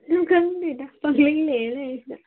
ꯑꯗꯨꯝ ꯈꯪꯗꯦꯗ ꯄꯪꯂꯩ ꯂꯩꯔ ꯂꯩꯔꯦ ꯁꯤꯗ